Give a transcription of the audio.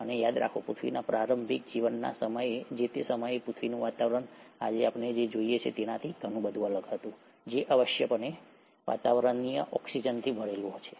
અને યાદ રાખો પૃથ્વીના પ્રારંભિક જીવનના તે સમયે પૃથ્વીનું વાતાવરણ આજે આપણે જે જોઈએ છીએ તેનાથી ઘણું અલગ હતું જે આવશ્યકપણે વાતાવરણીય ઓક્સિજનથી ભરેલું છે